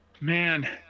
Man